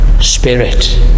spirit